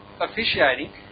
officiating